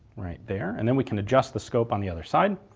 right there, and then we can adjust the scope on the other side